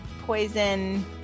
poison